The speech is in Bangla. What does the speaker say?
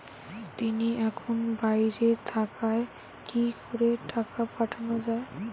তিনি এখন বাইরে থাকায় কি করে টাকা পাঠানো য়ায়?